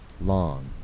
long